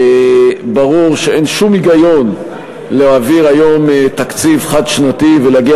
ברור שאין שום היגיון להעביר היום תקציב חד-שנתי ולהגיע